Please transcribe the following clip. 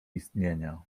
istnienia